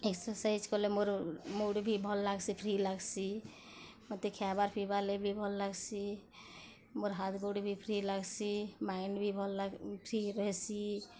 exercise କଲେ ମୋର୍ mood ବି ଭଲ୍ ଲାଗ୍ ସି ଫ୍ରି ଲାଗସି ମୋତେ ଖାଇବାର୍ ପିଇବାର୍ ଲାଗିବି ଭଲ୍ ଲାଗସି ମୋର୍ ହାତ୍ ଗୋଡ଼୍ ବି ଫ୍ରି ଲାଗସି ମାଇଣ୍ଡ ବି ଭଲ୍ ଲାଗ୍ ଫ୍ରି ରହେସି